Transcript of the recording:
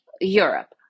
Europe